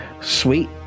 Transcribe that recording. Sweet